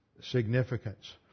significance